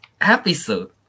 episode